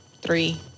three